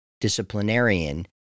disciplinarian